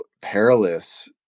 perilous